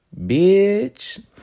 Bitch